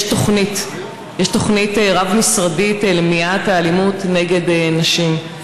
תוכנית רב-משרדית למניעת האלימות נגד נשים,